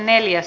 asia